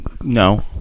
no